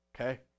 Okay